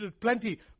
plenty